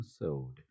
episode